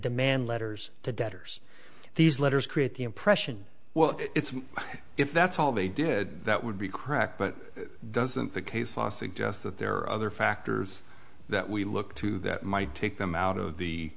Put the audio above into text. demand letters to debtors these letters create the impression well if that's all they did that would be cracked but doesn't the case law suggest that there are other factors that we look to that might take them out of the